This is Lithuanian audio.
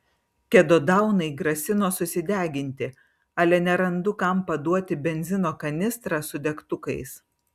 kedodaunai grasino susideginti ale nerandu kam paduoti benzino kanistrą su degtukais